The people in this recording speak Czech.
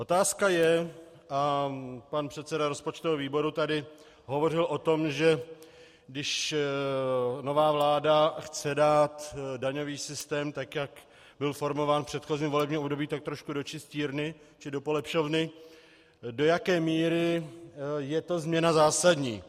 Otázka je, a pan předseda rozpočtového výboru tady hovořil o tom, že když nová vláda chce dát daňový systém, tak jak byl formován v předchozím volebním období, tak trošku do čistírny či do polepšovny, do jaké míry je to změna zásadní.